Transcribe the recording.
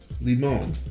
Limon